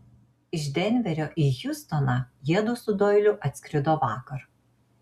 iš denverio į hjustoną jiedu su doiliu atskrido vakar